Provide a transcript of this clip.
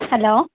hello